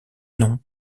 nom